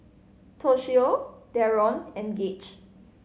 Toshio Deron and Gage